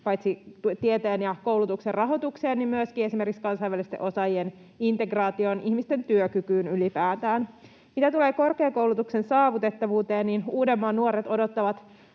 paitsi tieteen ja koulutuksen rahoitukseen myöskin esimerkiksi kansainvälisten osaajien integraatioon, ihmisten työkykyyn ylipäätään. Mitä tulee korkeakoulutuksen saavutettavuuteen, niin Uudenmaan nuoret odottavat